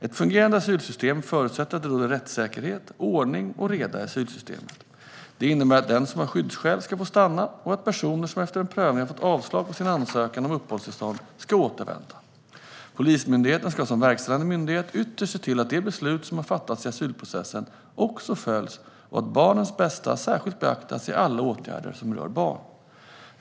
Ett fungerande asylsystem förutsätter att det råder rättssäkerhet och ordning och reda i asylsystemet. Det innebär att den som har skyddsskäl ska få stanna och att personer som efter en prövning har fått avslag på sin ansökan om uppehållstillstånd ska återvända. Polismyndigheten ska som verkställande myndighet ytterst se till att de beslut som har fattats i asylprocessen också följs och att barnets bästa särskilt beaktas i alla åtgärder som rör barn.